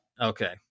Okay